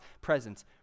presence